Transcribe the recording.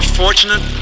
fortunate